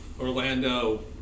Orlando